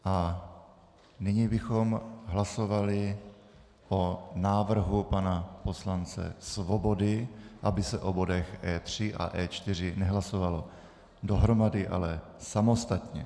A nyní bychom hlasovali o návrhu pana poslance Svobody, aby se o bodech E3 a E4 nehlasovalo dohromady, ale samostatně.